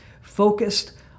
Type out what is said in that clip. focused